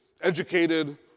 educated